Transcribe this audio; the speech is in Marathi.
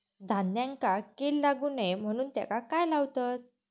धान्यांका कीड लागू नये म्हणून त्याका काय लावतत?